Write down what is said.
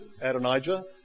Adonijah